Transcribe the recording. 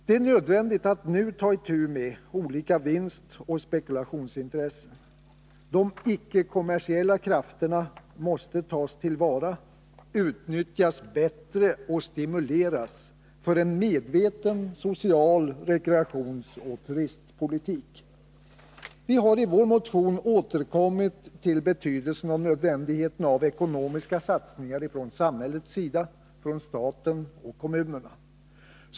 Det är nödvändigt att nu ta itu med olika vinstoch spekulationsintressen. De icke-kommersiella krafterna måste tas till vara, utnyttjas bättre och stimuleras för en medveten social rekreationsoch turistpolitik. Vi har i vår motion återkommit till betydelsen och nödvändigheten av ekonomiska satsningar från samhällets sida, från staten och kommunerna.